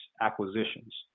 acquisitions